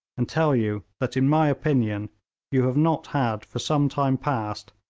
and tell you that in my opinion you have not had for some time past,